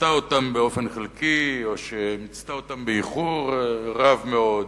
שמיצתה אותם באופן חלקי או שמיצתה אותם באיחור רב מאוד.